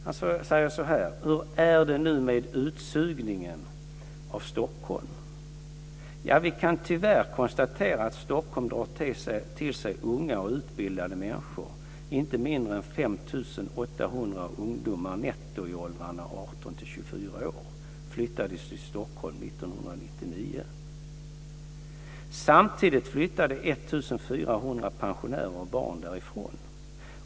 Han säger så här: Hur är det nu med utsugningen av Stockholm? Ja, vi kan tyvärr konstatera att Stockholm drar till sig unga och utbildade människor. Inte mindre än 5 800 ungdomar netto i åldrarna 18-24 år flyttade till Stockholm 1999. Samtidigt flyttade 1 400 pensionärer och barn därifrån.